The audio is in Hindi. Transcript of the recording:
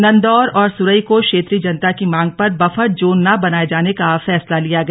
नन्दौर और सुरई को क्षेत्रीय जनता की मांग पर बफर जोन न बनाये जाने का फैसला लिया गया